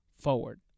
forward